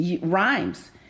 rhymes